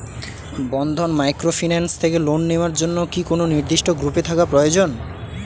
বন্ধন microfinance থেকে loan নেওয়ার জন্য কি কোন নির্দিষ্ট গ্রুপে থাকা প্রয়োজন?